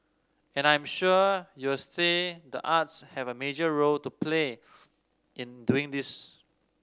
and I'm sure you'll say the arts have a major role to play in doing this